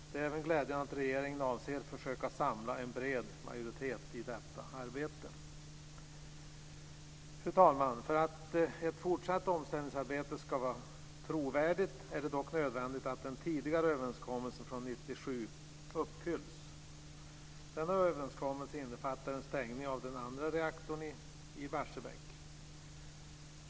Det är även glädjande att regeringen avser försöka samla en bred majoritet i detta arbete. För att ett fortsatt omställningsarbete ska vara trovärdigt är det dock nödvändigt att den tidigare överenskommelsen från 1997 uppfylls. Denna överenskommelse innefattar en stängning av den andra reaktorn i Barsebäck.